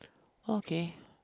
okay